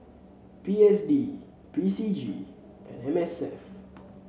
P S D P C G and M S F